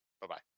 Bye-bye